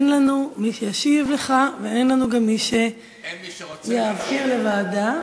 אין לנו מי שישיב לך ואין לנו גם מי שיעביר לוועדה.